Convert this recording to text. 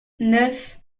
neuf